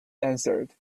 answered